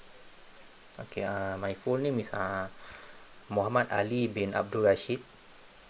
okay uh my full name is uh muhammad ali bin abdul rashid